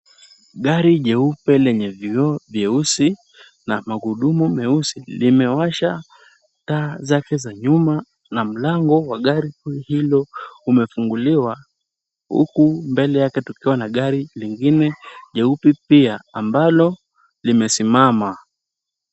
Gari jeupe lenye vioo vyeusi na magurudumu meusi limewasha taa zake za nyuma na mlango wa gari hilo umefunguliwa huku mbele yake tukiwa na gari lingine jeupe pia ambalo limesimama.